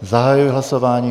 Zahajuji hlasování.